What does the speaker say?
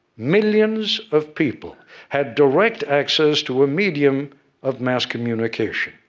millions of people had direct access to a medium of mass communication.